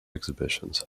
exhibitions